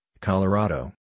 Colorado